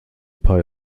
paar